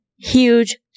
huge